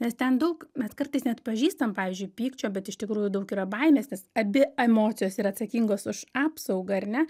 nes ten daug mes kartais neatpažįstam pavyzdžiui pykčio bet iš tikrųjų daug yra baimės nes abi emocijos yra atsakingos už apsaugą ar ne